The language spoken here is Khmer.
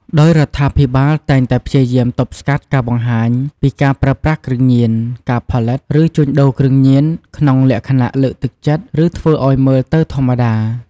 ដោយរដ្ឋាភិបាលតែងតែព្យាយាមទប់ស្កាត់ការបង្ហាញពីការប្រើប្រាស់គ្រឿងញៀន ការផលិត ឬជួញដូរគ្រឿងញៀនក្នុងលក្ខណៈលើកទឹកចិត្ត ឬធ្វើឲ្យមើលទៅធម្មតា។